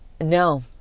no